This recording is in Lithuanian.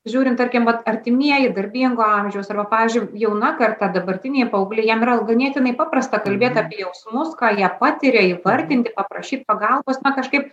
žiūrint tarkim vat artimieji darbingo amžiaus arba pavyzdžiui jauna karta dabartiniai paaugliai jiem yra ganėtinai paprasta kalbėt apie jausmus ką jie patiria įvardinti paprašyt pagalbos na kažkaip